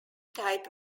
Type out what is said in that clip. type